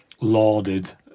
lauded